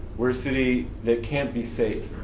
we're a city that can't be safe.